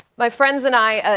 my friends and i,